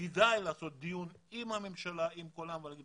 כדאי לעשות דיון עם הממשלה ועם כולם ולומר,